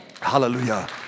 Hallelujah